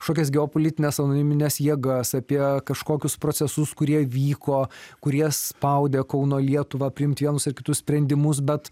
kažkokias geopolitines anonimines jėgas apie kažkokius procesus kurie vyko kurie spaudė kauno lietuvą priimt vienus ar kitus sprendimus bet